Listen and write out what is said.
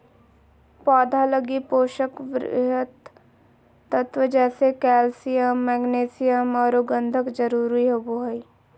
पौधा लगी पोषक वृहत तत्व जैसे कैल्सियम, मैग्नीशियम औरो गंधक जरुरी होबो हइ